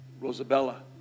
Rosabella